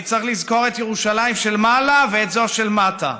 אני צריך לזכור את ירושלים של מעלה ואת זו של מטה,